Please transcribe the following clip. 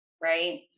right